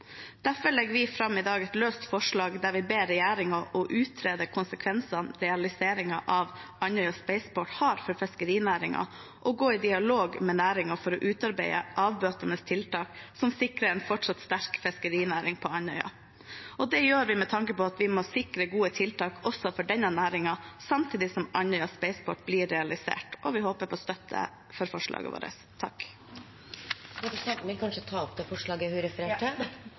Derfor legger vi i dag fram et løst forslag der vi ber regjeringen «utrede konsekvensene realiseringen av Andøya SpacePort har for fiskerinæringen og gå i dialog med næringen for å utarbeide avbøtende tiltak som sikrer en fortsatt sterk fiskerinæring på Andøya og i nærområdene». Det gjør vi med tanke på at vi må sikre gode tiltak også for denne næringen, samtidig som Andøya Spaceport blir realisert. Og vi håper på støtte for forslaget vårt. Jeg tar til slutt opp